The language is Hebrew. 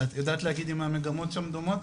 ואת יודעת להגיד, אם המגמות שם דומות?